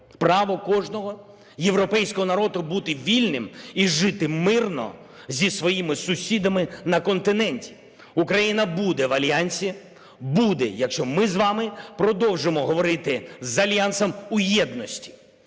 право кожного європейського народу бути вільним і жити мирно зі своїми сусідами на континенті. Україна буде в Альянсі, буде, якщо ми з вами продовжимо говорити з Альянсом у єдності,